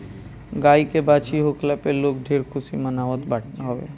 गाई के बाछी होखला पे लोग ढेर खुशी मनावत हवे